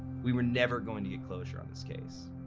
we were never going to get closure on this case.